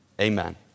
Amen